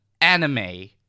anime